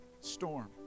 storm